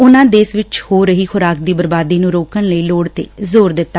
ਉਨੁਾਂ ਦੇਸ਼ ਵਿਚ ਹੋ ਰਹੀ ਖੁਰਾਕ ਦੀ ਬਰਬਾਦੀ ਨੂੰ ਰੋਕਣ ਦੀ ਲੋੜ ਤੇ ਜ਼ੋਰ ਦਿੱਤਾ